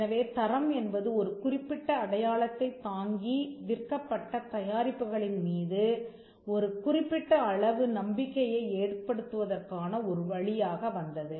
எனவே தரம் என்பது ஒரு குறிப்பிட்ட அடையாளத்தைத் தாங்கி விற்கப்பட்ட தயாரிப்புகளின் மீது ஒரு குறிப்பிட்ட அளவு நம்பிக்கையை ஏற்படுத்துவதற்கான ஒரு வழியாக வந்தது